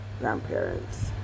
grandparents